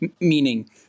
meaning